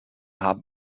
haben